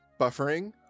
Buffering